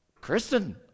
Kristen